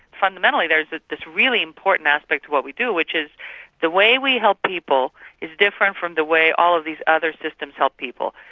fundamentally there's this this really important aspect to what we do which is the way we help people is different from the way all of these other systems help people.